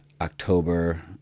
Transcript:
October